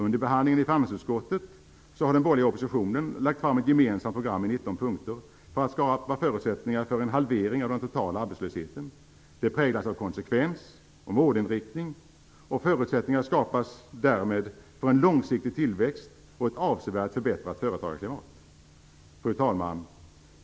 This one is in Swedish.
Under behandlingen i finansutskottet har den borgerliga oppositionen lagt fram ett gemensamt program i 19 punkter för att skapa förutsättningar för en halvering av den totala arbetslösheten. Det präglas av konsekvens och målinriktning. Förutsättningar skapas därmed för en långsiktig tillväxt och ett avsevärt förbättrat företagarklimat. Fru talman!